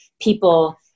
people